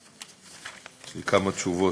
יש לי כמה תשובות.